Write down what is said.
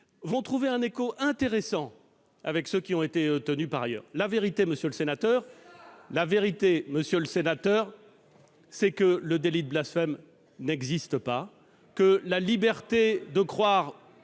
vont trouver un écho intéressant avec ceux qui ont été tenus par ailleurs. En vérité, monsieur le sénateur, le délit de blasphème n'existe pas ; la liberté de croire